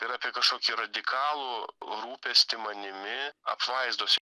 ir apie kažkokį radikalų rūpestį manimi apvaizdos